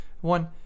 One